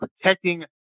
protecting